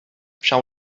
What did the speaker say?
shall